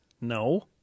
No